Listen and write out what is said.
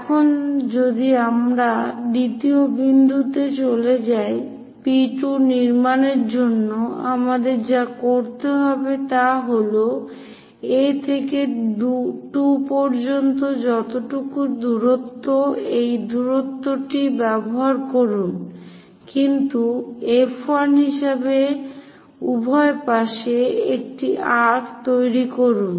এখন যদি আমরা দ্বিতীয় বিন্দুতে চলে যাই P2 নির্মাণের জন্য আমাদের যা করতে হবে তা হল A থেকে 2 পর্যন্ত যতটুকু দূরত্ব সেই দূরত্বটি ব্যবহার করুন কিন্তু F1 কেন্দ্র হিসাবে উভয় পাশে একটি আর্ক্ তৈরি করুন